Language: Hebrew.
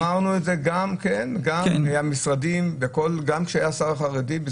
אמרנו את זה גם כן במשרדים גם כשהיה שר חרדי,